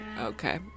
Okay